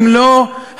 הקטע במלואו,